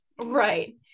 right